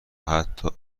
حتا